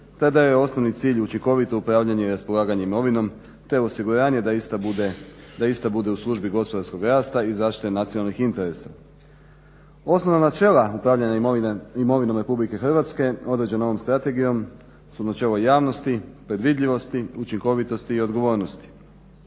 Tada je osnovni cilj učinkovito upravljanje i raspolaganje imovinom te osiguranje da ista bude u službi gospodarskog rasta i zaštite nacionalnih interesa. Osnovna načela upravljanja imovinom Republike Hrvatske određena ovom strategijom su načelo javnosti, predvidljivosti, učinkovitosti i odgovornosti.